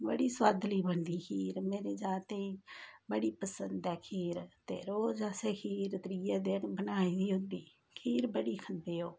बड़ी सौआदली बनदी खीर मेरे जागतें गी बड़ी पसंद ऐ खीर ते रोज असें खीर त्रीए देन बनाई दी हुंदी खीर बड़ी खंदे ओह्